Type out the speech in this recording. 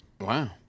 Wow